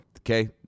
okay